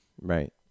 right